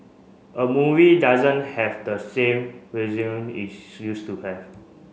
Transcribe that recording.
a movie doesn't have the same its used to have